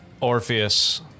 Orpheus